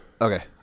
Okay